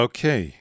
Okay